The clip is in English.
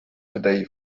today